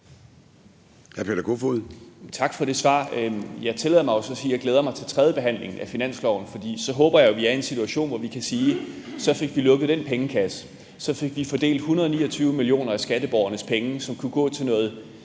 Tak for det svar. Jeg tillader mig også at sige, at jeg glæder mig til tredje behandling af finansloven, for så håber jeg, at vi er i en situation, hvor vi kan sige: Så fik vi lukket den pengekasse. Så fik vi fordelt 129 mio. kr. af skatteborgernes penge, som kan gå til nogle